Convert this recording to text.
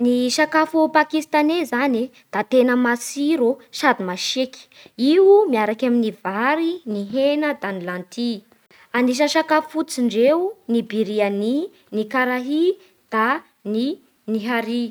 Ny sakafo Pakistane zany da tena matsiro ô sady masiaky, io miaraky amin'ny vary, ny hena da ny lentille? Anisan'ny sakafo fototsy ndreo ny biryani, ny karani, da ny nihari